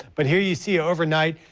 but here you see overnight,